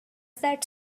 that